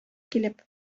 килеп